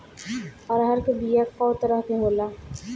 अरहर के बिया कौ तरह के होला?